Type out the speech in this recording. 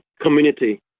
community